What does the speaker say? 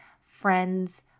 friends